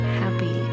happy